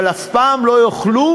אבל אף פעם לא יוכלו,